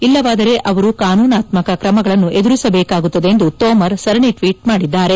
ಇಲ್ಲವಾದರೆ ಅವರು ಕಾನೂನಾತ್ಮಕ ಕ್ರಮಗಳನ್ನು ಎದುರಿಸಬೇಕಾಗುತ್ತದೆ ಎಂದು ತೋಮರ್ ಸರಣಿ ಟ್ಲೀಟ್ ಮಾಡಿದ್ದಾರೆ